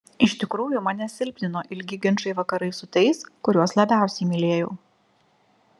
iš tikrųjų mane silpnino ilgi ginčai vakarais su tais kuriuos labiausiai mylėjau